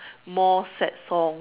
more sad songs